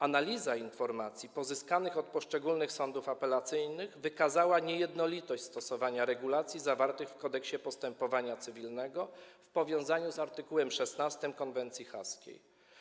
Analiza informacji pozyskanych od poszczególnych sądów apelacyjnych wykazała niejednolitość w stosowaniu regulacji zawartych w Kodeksie postępowania cywilnego w powiązaniu z art. 16 konwencji haskiej.